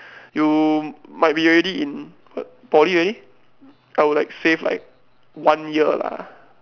you might be already in the poly already I would like save like one year lah